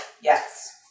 Yes